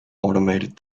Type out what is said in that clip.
automated